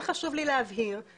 כן חשוב לי להבהיר,